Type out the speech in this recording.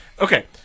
okay